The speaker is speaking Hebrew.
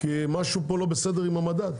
כי משהו לא בסדר עם המדד,